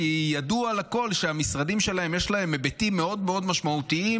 כי ידוע לכול שלמשרדים שלהם יש היבטים מאוד מאוד משמעותיים